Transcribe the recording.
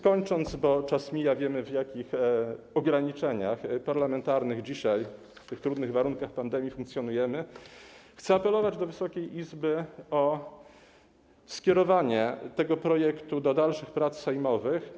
Kończąc, bo czas mija, a wiem, w jakich ograniczeniach parlamentarnych, w jak trudnych warunkach pandemii dziś funkcjonujemy, chcę zaapelować do Wysokiej Izby o skierowanie tego projektu do dalszych prac sejmowych.